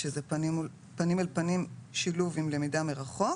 שזה פנים אל פנים בשילוב עם למידה מרחוק,